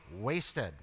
wasted